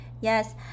Yes